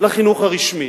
לחינוך הרשמי.